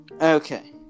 Okay